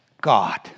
God